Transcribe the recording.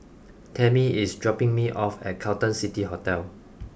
Tamie is dropping me off at Carlton City Hotel